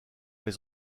mais